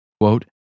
Quote